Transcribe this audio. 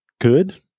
good